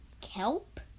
kelp